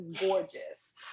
gorgeous